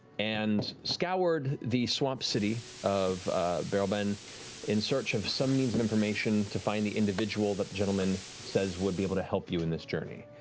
and scoured the swamp city of berleben in search of some means of information to find the individual that the gentleman says would be able to help you in this journey,